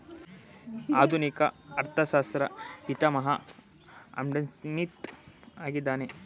ಆಧುನಿಕ ಅರ್ಥಶಾಸ್ತ್ರ ಪಿತಾಮಹ ಆಡಂಸ್ಮಿತ್ ಆಗಿದ್ದಾನೆ